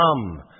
come